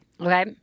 Okay